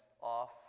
off